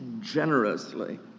generously